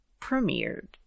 premiered